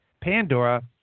Pandora